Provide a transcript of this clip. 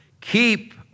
Keep